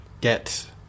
get